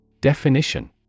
Definition